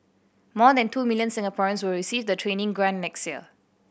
more than two million Singaporeans will receive the training grant next year